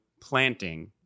planting